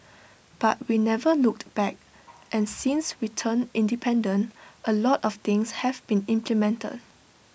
but we never looked back and since we turned independent A lot of things have been implemented